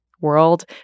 world